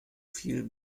viel